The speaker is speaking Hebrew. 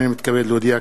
הנני מתכבד להודיע,